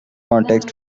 context